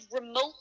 remotely